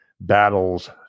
battles